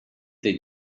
they